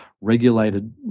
regulated